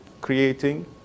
creating